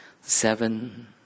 Seven